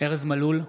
ארז מלול,